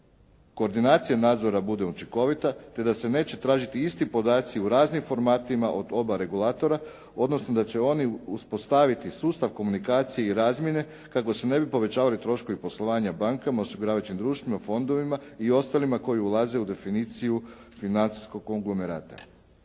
koordinacija nadzora bude učinkovita te da se neće tražiti isti podaci u raznim formatima od oba regulatora, odnosno da će ono uspostaviti sustav komunikacije i razmjene kako se ne bi povećavali troškovi poslovanja bankama, osiguravajućim društvima, fondovima i ostalima koji ulaze u definiciju financijskog konglomerata.